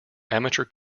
amateur